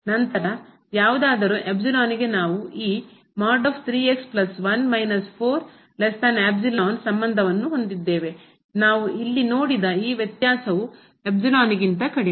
ನಂತರ ಯಾವುದಾದರೂ ನಾವು ಈ ಸಂಬಂಧವನ್ನು ಹೊಂದಿದ್ದೇವೆ ನಾವು ಇಲ್ಲಿ ನೋಡಿದ ಈ ವ್ಯತ್ಯಾಸವು ಗಿಂತ ಕಡಿಮೆ